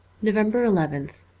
november nth